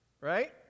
right